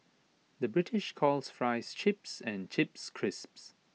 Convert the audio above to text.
the British calls Fries Chips and Chips Crisps